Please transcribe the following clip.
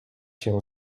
się